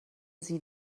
sie